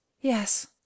yes